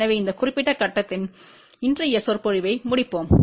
எனவே இந்த குறிப்பிட்ட கட்டத்தில் இன்றைய சொற்பொழிவை முடிப்போம்